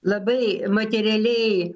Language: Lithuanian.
labai materialiai